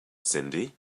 cindy